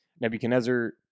Nebuchadnezzar